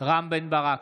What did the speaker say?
רם בן ברק,